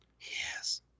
Yes